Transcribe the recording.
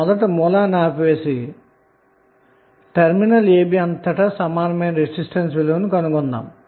ఏమి చేద్దాము ముందుగా సోర్స్ ని ఆపివేసి టెర్మినల్ ab అంతటా ఈక్వివలెంట్ రెసిస్టెన్స్ విలువను కనుక్కొందాము